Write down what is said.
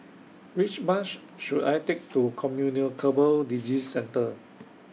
Which Bus should I Take to Communicable Disease Centre